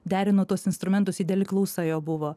derino tuos instrumentus ideali klausa jo buvo